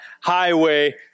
Highway